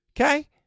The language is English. Okay